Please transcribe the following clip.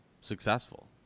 successful